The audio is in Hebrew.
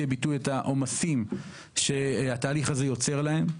ביטוי את העומסים שהתהליך הזה יוצר להם.